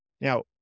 now